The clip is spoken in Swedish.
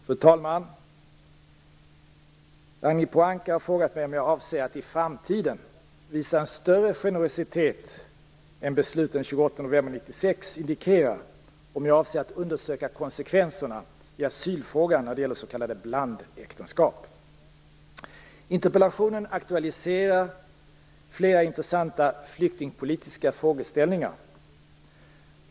Fru talman! Ragnhild Pohanka har frågat mig om jag avser att i framtiden visa en större generositet än besluten den 28 november 1996 indikerar och om jag avser att undersöka konsekvenserna i asylfrågan när det gäller s.k. blandäktenskap. Interpellationen aktualiserar flera intressanta flyktingpolitiska frågeställningar.